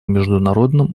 международном